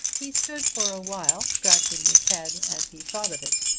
he stood for awhile scratching his head as he thought of it.